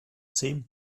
same